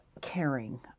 caring